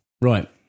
Right